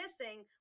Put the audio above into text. missing